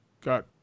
got